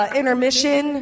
intermission